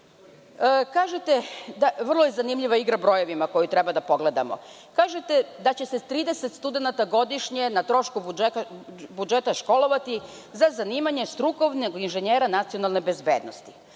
Vrlo je zanimljiva igra brojevima koju treba da pogledamo. Kažete da će se 30 studenata godišnje na trošku budžeta školovati za zanimanje strukovnog inženjera nacionalne bezbednosti.